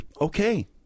okay